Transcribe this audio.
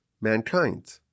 mankind